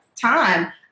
time